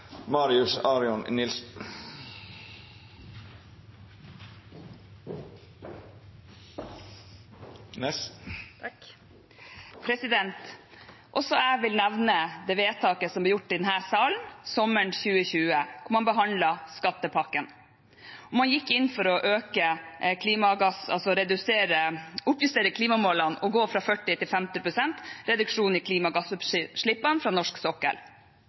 Også jeg vil nevne det vedtaket som ble gjort i denne salen sommeren 2020, hvor man behandlet skattepakken, og hvor man gikk inn for å oppjustere klimamålene og gå fra 40 til 50 pst. reduksjon i klimagassutslippene fra norsk sokkel.